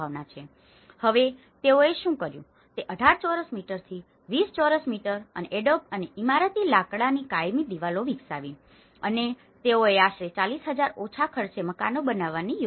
તેથી હવે તેઓએ શું કર્યું તે 18 ચોરસ મીટરથી 20 ચોરસ મીટર અને એડોબ અને ઇમારતી લાકડાની કાયમી દિવાલો વિકસાવી અને તેઓએ આશરે 40000 ઓછા ખર્ચે મકાનો બનાવવાની યોજના શરૂ કરી